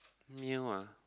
new ah